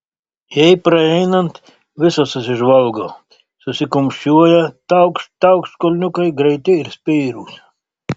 jai praeinant visos susižvalgo susikumščiuoja taukšt taukšt kulniukai greiti ir spėrūs